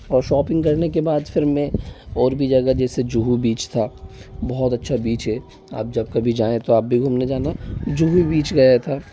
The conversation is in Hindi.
और शॉपिंग करने के बाद फिर मैं और भी जगह जैसे जुहू बीच था बहुत अच्छा बीच है आप जब कभी जाएं तो आप भी घूमने जाना जुहू बीच गया था